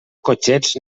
cotxets